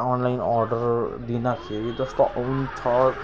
online order दिँदाखेरि जस्तो आउँछ